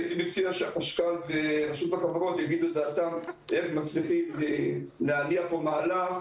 הייתי מציע שרשות החברות יגידו את דעתם איך הם מצליחים להניע פה מהלך